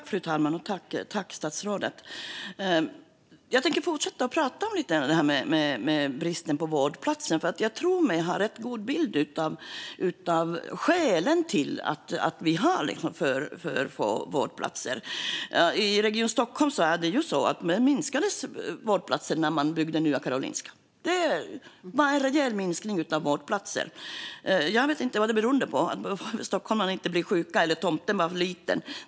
Fru talman och statsrådet! Jag tänker fortsätta att prata om bristen på vårdplatser, för jag tror mig ha en rätt god bild av skälen till att vi har alltför få vårdplatser. I Region Stockholm minskade antalet vårdplatser när man byggde Nya Karolinska. Det blev en rejäl minskning av antalet vårdplatser. Jag vet inte vad det berodde på - att stockholmarna inte blir sjuka eller att tomten var för liten.